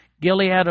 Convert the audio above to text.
Gilead